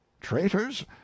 Traitors